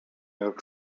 jak